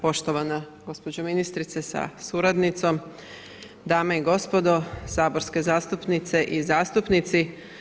Poštovana gospođo ministrice sa suradnicom, dame i gospodo saborske zastupnice i zastupnici.